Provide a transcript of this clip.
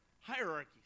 hierarchies